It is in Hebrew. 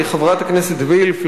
חברת הכנסת וילף,